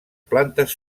plantes